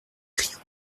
crillon